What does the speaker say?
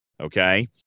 okay